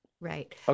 Right